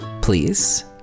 please